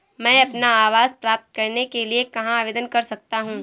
मैं अपना आवास प्राप्त करने के लिए कहाँ आवेदन कर सकता हूँ?